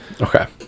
okay